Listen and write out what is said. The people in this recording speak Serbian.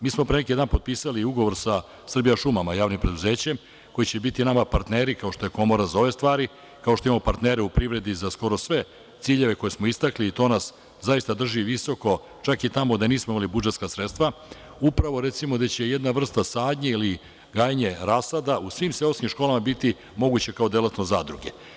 Mi smo pre neki dan potpisali ugovor sa „Srbijašumama“, javnim preduzećem, koji će biti nama partneri, kao što je Komora za ove stvari, kao što imamo partnere u privredi za skoro sve ciljeve koje smo istakli i to nas zaista drži visoko, čak i tamo gde nismo imali budžetska sredstva, upravo, recimo, gde će jedna vrsta sadnje ili gajenje rasada u svim seoskim školama biti moguće kao delatnost zadruge.